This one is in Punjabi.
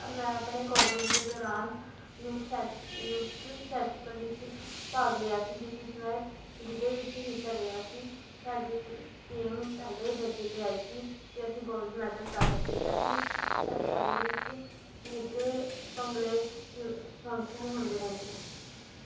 ਮੈਂ ਆਪਣੇ ਕੋਲੇਜ ਦੇ ਦੌਰਾਨ ਯੂਥ ਫੈਸਟ ਯੂਥ ਫੈਸਟੀਵਲ ਵਿੱਚ ਭਾਗ ਲਿਆ ਸੀ ਜਿਸ ਵਿੱਚ ਮੈਂ ਗਿੱਧੇ ਵਿੱਚ ਹਿੱਸਾ ਲਿਆ ਸੀ ਸਾਡੀ ਟੀਮ ਪਹਿਲੇ ਦਰਜੇ 'ਤੇ ਆਈ ਸੀ ਅਤੇ ਅਸੀਂ ਗੋਲਡ ਮੈਡਲ ਪ੍ਰਾਪਤ ਕੀਤਾ ਸੀ ਸਾਡੇ ਕੋਲੇਜ ਵਿੱਚ ਗਿੱਧੇ ਭੰਗੜੇ ਯੂ ਫੰਕਸ਼ਨ ਹੁੰਦੇ ਰਹਿੰਦੇ ਹਨ